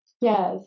Yes